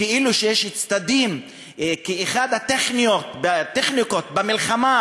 כאילו שיש צדדים ואחת הטכניקות במלחמה